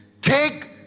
Take